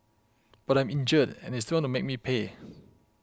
but I'm injured and they still want to make me pay